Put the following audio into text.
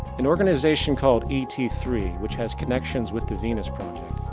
an organisation called e t three which has connection with the venus project,